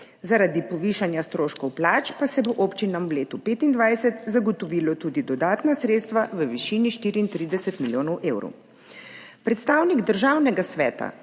Zaradi povišanja stroškov plač pa se bo občinam v letu 2025 zagotovilo tudi dodatna sredstva v višini 34 milijonov evrov.